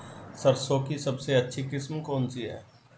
सरसों की सबसे अच्छी किस्म कौन सी है?